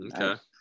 Okay